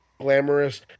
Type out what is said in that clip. glamorous